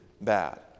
bad